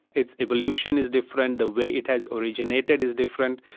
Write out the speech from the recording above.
its evolution is different, the way it has originated is different.